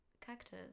Cactus